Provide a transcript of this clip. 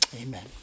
Amen